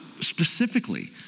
specifically